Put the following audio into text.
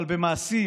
אבל במעשים